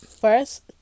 First